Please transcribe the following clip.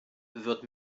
wird